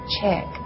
check